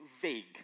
vague